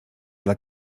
dla